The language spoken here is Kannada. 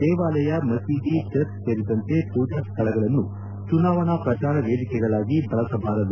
ದೇವಾಲಯ ಮಸೀದಿ ಚರ್ಚ್ ಸೇರಿದಂತೆ ಪೂಜಾ ಸ್ವಳಗಳನ್ನು ಚುನಾವಣಾ ಪ್ರಜಾರ ವೇದಿಕೆಗಳಾಗಿ ಬಳಸಬಾರದು